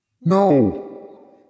No